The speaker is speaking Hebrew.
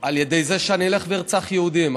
על ידי זה שאני אלך וארצח יהודים.